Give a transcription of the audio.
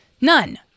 None